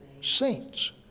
saints